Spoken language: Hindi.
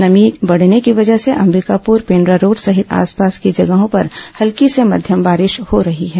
नमी बढ़ने की वजह से अंबिकापुर पेण्ड्रा रोड सहित आसपास के जगहों पर हल्की से मध्यम बारिश हो रही है